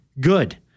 good